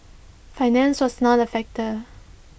finance was not A factor